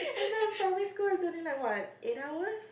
and then primary school is only like what eight hours